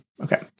okay